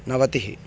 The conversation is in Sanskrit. नवतिः